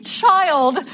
child